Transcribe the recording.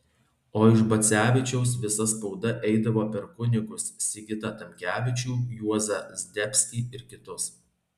o iš bacevičiaus visa spauda eidavo per kunigus sigitą tamkevičių juozą zdebskį ir kitus